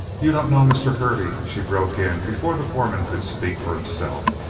you don't know mr. hervey, she broke in before the foreman could speak for himself.